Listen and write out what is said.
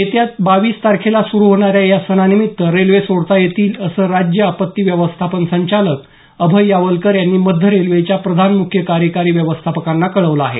येत्या बावीस तारखेला सुरू होणाऱ्या या सणानिमित्त रेल्वे सोडता येतील असं राज्य आपत्ती व्यवस्थापन संचालक अभय यावलकर यांनी मध्य रेल्वेच्या प्रधान म्ख्य कार्यकारी व्यवस्थापकांना कळवलं आहे